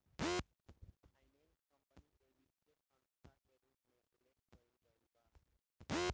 finance company limited के वित्तीय संस्था के रूप में उल्लेख कईल गईल बा